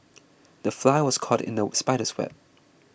the fly was caught in the spider's web